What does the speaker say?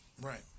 Right